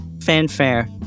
fanfare